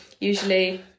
usually